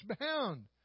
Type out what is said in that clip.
bound